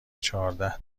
چهارده